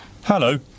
Hello